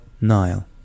Nile